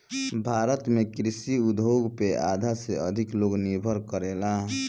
भारत में कृषि उद्योग पे आधा से अधिक लोग निर्भर करेला